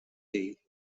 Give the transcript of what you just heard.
day